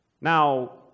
Now